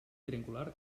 triangular